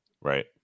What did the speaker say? Right